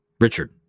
Richard